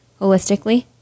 holistically